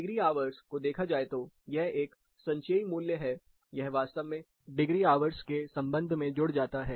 degree hours को देखा जाए तो यह एक संचयी मूल्य है यह वास्तव में डिग्री आवर्स के संबंध में जुड़ जाता है